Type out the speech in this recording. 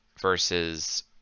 versus